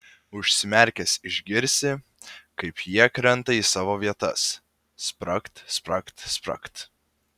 užsimerkęs išgirsi kaip jie krenta į savo vietas spragt spragt spragt